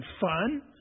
fun